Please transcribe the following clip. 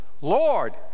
Lord